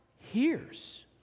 hears